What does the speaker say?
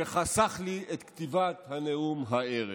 שחסך לי את כתיבת הנאום הערב.